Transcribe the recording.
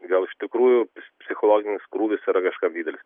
gal iš tikrųjų psichologinis krūvis yra kažkam didelis